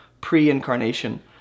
pre-incarnation